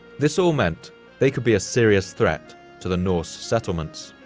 this all meant they could be a serious threat to the norse settlements.